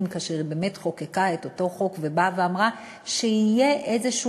כאשר היא באמת חוקקה את אותו חוק ואמרה שיהיה פיצוי